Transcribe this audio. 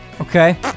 Okay